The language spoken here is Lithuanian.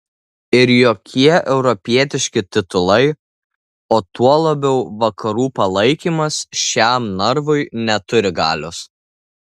ir jokie europietiški titulai o tuo labiau vakarų palaikymas šiam narvui neturi galios